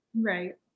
Right